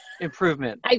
improvement